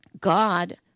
god